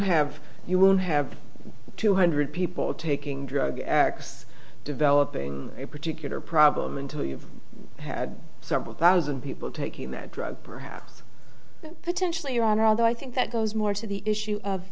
have you will have two hundred people taking drug x developing a particular problem until you've had several thousand people taking that drug perhaps potentially your honor although i think that goes more to the issue of